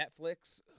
Netflix